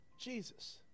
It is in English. Jesus